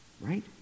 Right